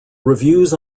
reviews